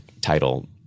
title